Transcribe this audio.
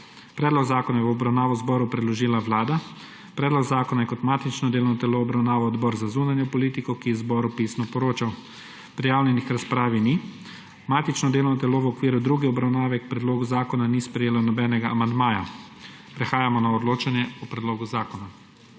Predlog zakona je v obravnavo zboru predložila Vlada. Predlog zakona je kot matično delovno telo obravnaval Odbor za zunanjo politiko, ki je zboru pisno poročal. Prijavljenih k razpravi ni. Matično delovno telo v okviru druge obravnave k predlogu zakona ni sprejelo nobenega amandmaja. Prehajamo na odločanje o predlogu zakona.